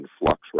flux